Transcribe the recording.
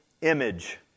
image